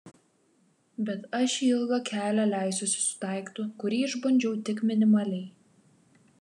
bet aš į ilgą kelią leisiuosi su daiktu kurį išbandžiau tik minimaliai